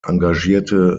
engagierte